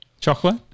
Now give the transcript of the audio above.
chocolate